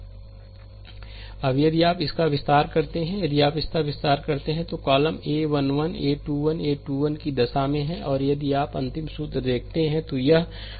slide समय देखें 1229 अब यदि आप इसका विस्तार करते हैं यदि आप इसका विस्तार करते हैं तो आप कॉलम a 1 1 a 21 a 2 1 की दिशा में हैं और यदि आप अंतिम सूत्र देखते हैं तो यह है